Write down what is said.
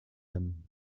them